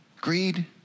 greed